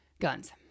guns